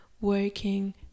working